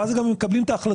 ואז הם גם מקבלים את ההחלטות,